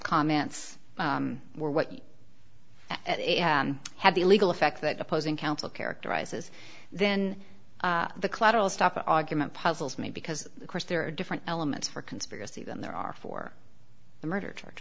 comments were what it had the legal effect that opposing counsel characterizes then the collateral estoppel argument puzzles me because of course there are different elements for conspiracy than there are for the murder charge